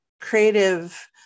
creative